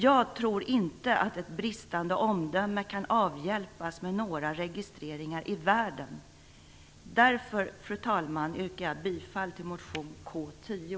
Jag tror inte att ett bristande omdöme kan avhjälpas med några registreringar i världen. Därför, fru talman, yrkar jag bifall till motion K10.